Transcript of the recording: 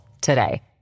today